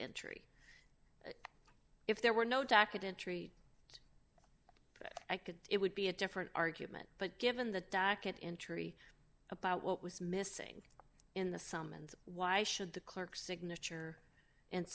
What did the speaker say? entry if there were no documentary that i could it would be a different argument but given the docket in tree about what was missing in the summons why should the clerk signature and